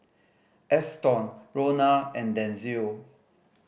Eston Ronna and Denzil